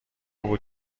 بود